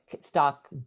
stock